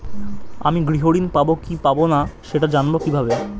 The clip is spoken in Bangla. আমি গৃহ ঋণ পাবো কি পাবো না সেটা জানবো কিভাবে?